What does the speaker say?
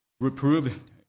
reproved